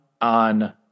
on